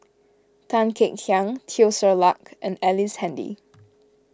Tan Kek Hiang Teo Ser Luck and Ellice Handy